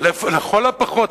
לכל הפחות,